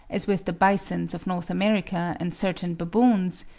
as with the bisons of north america and certain baboons,